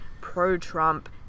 pro-Trump